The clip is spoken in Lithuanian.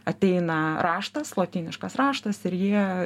ateina raštas lotyniškas raštas ir jie